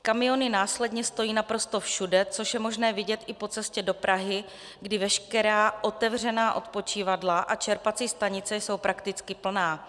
Kamiony následně stojí naprosto všude, což je možné vidět i po cestě do Prahy, kdy veškerá otevřená odpočívadla a čerpací stanice jsou prakticky plné.